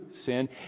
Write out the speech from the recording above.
sin